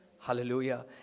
Hallelujah